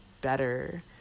better